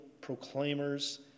proclaimers